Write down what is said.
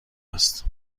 است